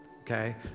okay